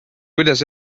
kuidas